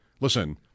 listen